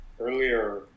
earlier